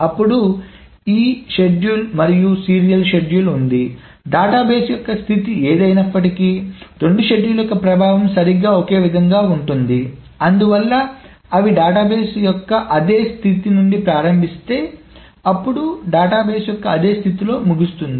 అప్పుడు ఈ షెడ్యూల్ మరియు సీరియల్ షెడ్యూల్ ఉంది డేటాబేస్ యొక్క స్థితి ఏదైనప్పటికీ రెండు షెడ్యూల్ యొక్క ప్రభావం సరిగ్గా ఒకే విధంగా ఉంటుంది అందువల్ల అవి డేటాబేస్ యొక్క అదే స్థితి నుండి ప్రారంభిస్తే అప్పుడు డేటాబేస్ యొక్క అదే స్థితిలో ముగుస్తుంది